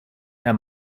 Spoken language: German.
herr